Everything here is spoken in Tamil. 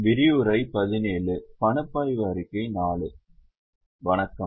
வணக்கம்